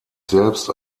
selbst